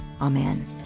Amen